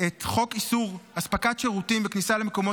את חוק איסור הספקת שירותים וכניסה למקומות